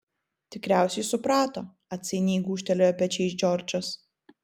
tikriausiai suprato atsainiai gūžtelėjo pečiais džordžas